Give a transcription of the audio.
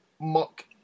mock